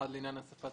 לעניין השפה,